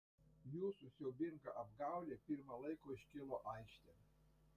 jūsų siaubinga apgaulė pirma laiko iškilo aikštėn